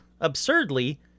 absurdly